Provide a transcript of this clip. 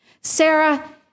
Sarah